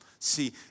See